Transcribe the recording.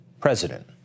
president